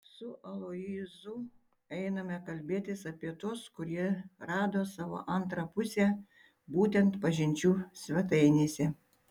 su aloyzu einame kalbėtis apie tuos kurie rado savo antrą pusę būtent pažinčių svetainėse